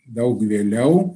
daug vėliau